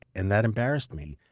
and that embarrassed me